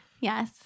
Yes